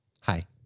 Hi